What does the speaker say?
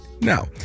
Now